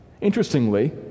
interestingly